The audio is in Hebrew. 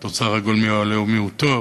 התוצר הגולמי הלאומי הוא טוב,